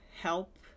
help